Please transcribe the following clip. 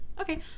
okay